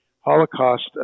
Holocaust